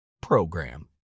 PROGRAM